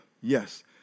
Yes